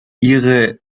ihre